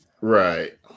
right